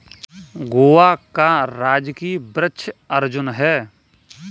गोवा का राजकीय वृक्ष अर्जुन है